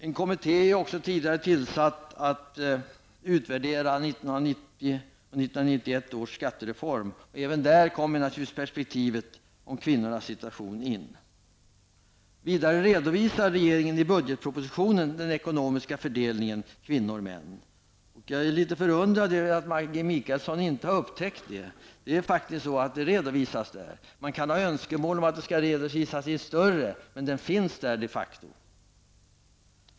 En kommitté har tillsatts för att utvärdera 1990/91 års skattereform. Även här kommer naturligtvis kvinnornas situation in. Vidare redovisar regeringen i budgetpropositionen den ekonomiska fördelningen mellan kvinnor och män. Jag är litet förvånad över att Maggi Mikaelsson inte har upptäckt detta. Det redovisas faktiskt. Man kan ha önskemål om att det skall redovisas på ett annat sätt, men det finns de facto med.